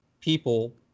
people